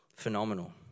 Phenomenal